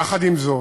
עם זאת,